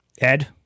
Ed